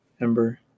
Ember